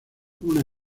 una